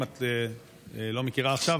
ואם את לא מכירה עכשיו,